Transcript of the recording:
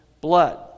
blood